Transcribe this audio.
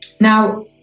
Now